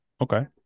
Okay